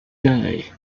day